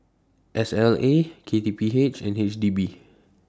S L A K T P H and H D B